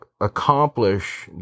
accomplish